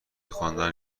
خواندن